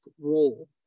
role